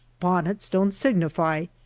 bonnets don't signify,